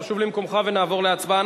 תשוב למקומך ונעבור להצבעה.